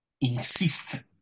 insist